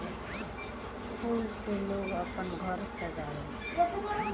फूल से लोग आपन घर के सजावे ला